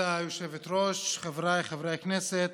כבוד היושבת-ראש, חבריי חברי הכנסת,